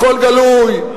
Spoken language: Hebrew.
הכול גלוי,